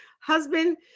husband